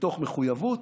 מתוך מחויבות,